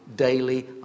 daily